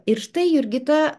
ir štai jurgita